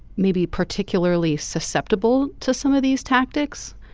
maybe particularly susceptible to some of these tactics.